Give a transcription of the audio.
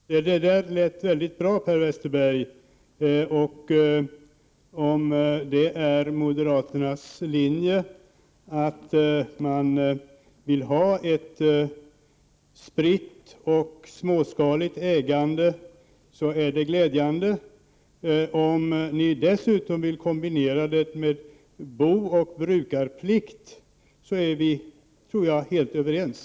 Herr talman! Det där lät väldigt bra, Per Westerberg. Om det är moderaternas linje att man vill ha ett spritt och småskaligt ägande, är det glädjande. Om ni dessutom vill kombinera det med booch brukarplikt, tror jag att vi är helt överens.